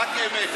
רק אמת אמרתי.